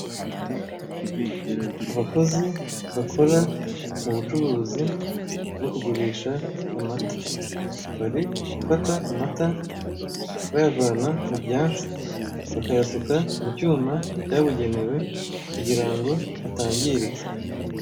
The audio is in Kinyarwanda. Abakozi bakora mu bucuruzi bwo kugurisha amata bari gufata amata bayavana mu byansi bakayasuka mu cyuma cyabugenewe kugira ngo atangirika.